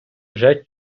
вже